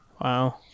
wow